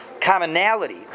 commonality